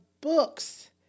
books